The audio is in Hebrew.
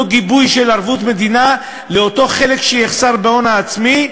גיבוי של ערבות מדינה לאותו חלק שיחסר בהון העצמי,